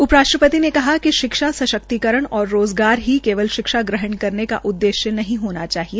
उप राष्ट्रपति ने कहा कि शिक्षा सशक्तिकरण और रोजगार ही केवल शिक्ष ग्रहण करने का उद्देश्य नहीं होना चाहिए